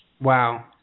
wow